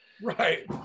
right